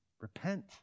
repent